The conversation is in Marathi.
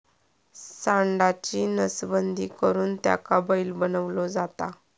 सांडाची नसबंदी करुन त्याका बैल बनवलो जाता